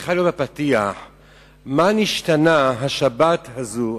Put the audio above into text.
שצריכה להיות בפתיח היא מה השתנתה השבת הזאת,